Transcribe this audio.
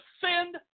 sinned